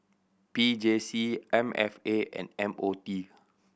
P J C M F A and M O T